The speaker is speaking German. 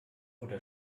oder